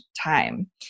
time